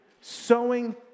sowing